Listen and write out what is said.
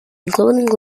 including